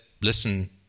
Listen